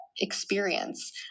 experience